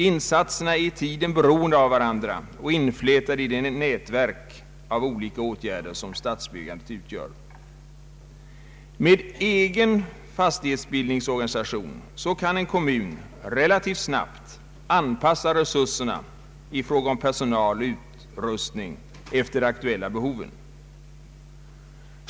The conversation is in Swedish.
Insatserna är i tiden beroende av varandra och inflätade i det nätverk av olika åtgärder som stadsbyggandet utgör. Med egen fastighetsbildningsorganisation kan en kommun relativt snabbt anpassa resurserna i fråga om personal och utrustning efter de aktuella behoven.